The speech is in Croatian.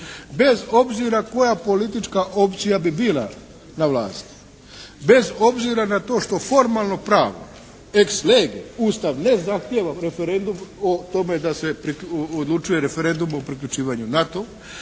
Bez obzira koja politička opcija bi bila na vlasti, bez obzira na to što formalno-pravno, ex lege Ustav ne zahtjeva referendum o tome da se odlučuje referendumom o priključivanju NATO-u.